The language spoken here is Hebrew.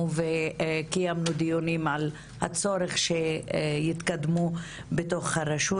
וקיימנו דיונים על הצורך שיתקדמו בתוך הרשות.